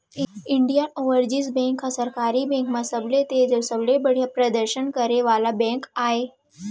Indian Overseas Bank ह सरकारी bank म सबले तेज अउ सबले बड़िहा परदसन करे वाला बेंक आय